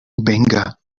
venga